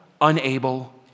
unable